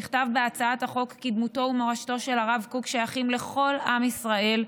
נכתב בהצעת החוק כי דמותו ומורשתו של הרב קוק שייכים לכל עם ישראל,